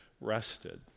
rested